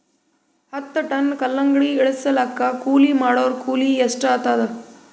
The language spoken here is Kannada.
ಹತ್ತ ಟನ್ ಕಲ್ಲಂಗಡಿ ಇಳಿಸಲಾಕ ಕೂಲಿ ಮಾಡೊರ ಕೂಲಿ ಎಷ್ಟಾತಾದ?